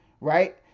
right